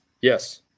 yes